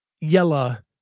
Yella